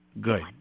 good